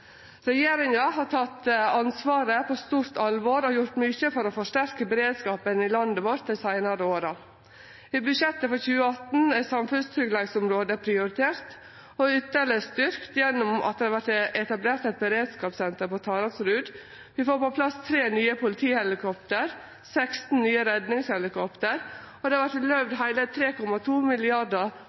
Regjeringa har teke ansvaret på stort alvor og gjort mykje for å forsterke beredskapen i landet vårt dei seinare åra. Ved budsjettet for 2018 er samfunnstryggleiksområdet prioritert og ytterlegare styrkt gjennom at det vert etablert eit beredskapssenter på Taraldrud. Vi får på plass 3 nye politihelikopter, 16 nye redningshelikopter, og det vert løyvt heile 3,2